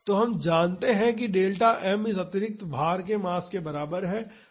तो हम जानते हैं कि डेल्टा m इस अतिरिक्त भार के मास के बराबर है